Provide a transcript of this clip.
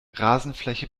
rasenfläche